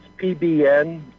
PBN